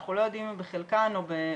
אנחנו לא יודעים אם בחלקן או בכולן,